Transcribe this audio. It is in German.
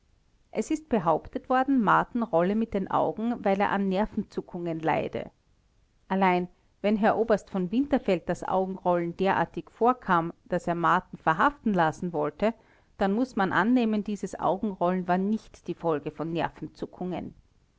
es ist behauptet worden marten rolle mit den augen weil er an nervenzuckungen leide allein wenn herr oberst v winterfeld das augenrollen derartig vorkam daß er marten verhaften lassen wollte dann muß man annehmen dieses augenrollen war nicht die folge von